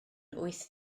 wyth